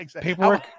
paperwork